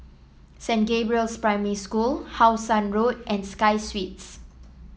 Saint Gabriel's Primary School How Sun Road and Sky Suites